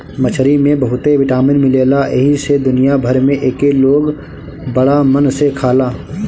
मछरी में बहुते विटामिन मिलेला एही से दुनिया भर में एके लोग बड़ा मन से खाला